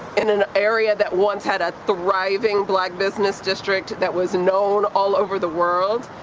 in an area that once had a thriving black business district that was known all over the world,